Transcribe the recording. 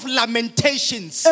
lamentations